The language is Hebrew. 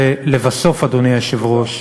ולבסוף, אדוני היושב-ראש,